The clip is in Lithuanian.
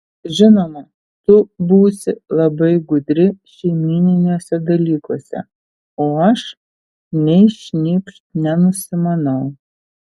žinoma tu būsi labai gudri šeimyniniuose dalykuose o aš nei šnypšt nenusimanau